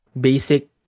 basic